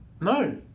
No